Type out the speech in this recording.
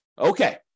Okay